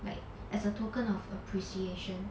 like as a token of appreciation